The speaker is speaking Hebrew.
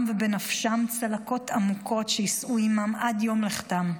ובנפשם צלקות עמוקות שיישאו עימם עד יום לכתם.